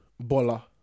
Bola